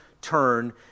turn